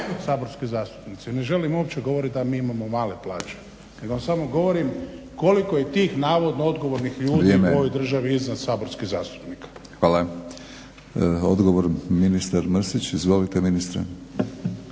saborski zastupnici. Ne želim uopće govoriti da mi imamo male plaće, nego vam samo govorim koliko je tih navodno odgovornih ljudi u ovoj državi izvan saborskih zastupnika. **Batinić, Milorad (HNS)** Hvala. Odgovor ministar Mrsić. Izvolite ministre.